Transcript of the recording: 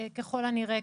ככל הנראה,